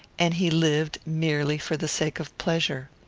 and he lived merely for the sake of pleasure.